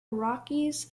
rockies